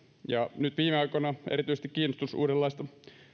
nyt viime aikoina erityisesti kiinnostus uudenlaisia